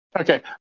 Okay